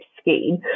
scheme